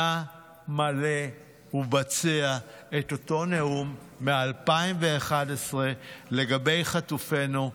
נא מלא ובצע את אותו נאום מ-2011 לגבי חטופינו.